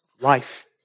life